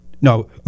No